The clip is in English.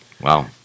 Wow